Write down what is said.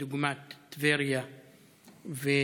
כדוגמת טבריה ואילת.